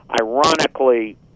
ironically